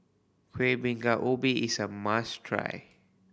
Kueh Bingka Ubi is a must try